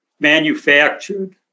manufactured